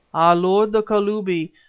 our lord, the kalubi,